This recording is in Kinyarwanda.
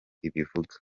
ivuga